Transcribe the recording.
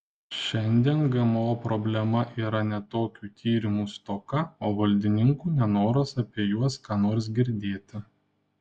šiandien gmo problema yra ne tokių tyrimų stoka o valdininkų nenoras apie juos ką nors girdėti